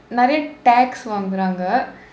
நிறைய:niraiya tax வாங்குறாங்க:vaangkuraangka